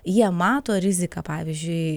jie mato riziką pavyzdžiui